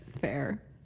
Fair